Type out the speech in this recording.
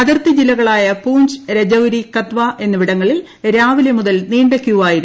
അതിർത്തി ജില്ലകളായ പൂഞ്ച് രജൌരി കത്വ എന്നിവിടങ്ങളിൽ രാവിലെ മുതൽ നീണ്ട ക്യൂവായിരുന്നു